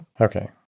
Okay